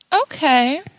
Okay